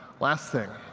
last thing.